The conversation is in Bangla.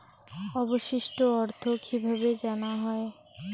অবশিষ্ট অর্থ কিভাবে জানা হয়?